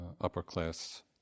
upper-class